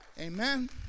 amen